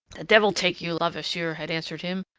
devil take you! levasseur had answered him.